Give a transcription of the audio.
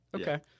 Okay